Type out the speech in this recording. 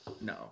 No